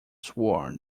sworn